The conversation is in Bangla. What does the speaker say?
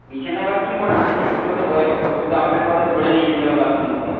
বিছানায় বাথরুম করে না একটু হয়ত বয়স্ক সেটা আপনাকে হয়ত ধরে নিয়ে যেতে হবে বাথরুম অবধি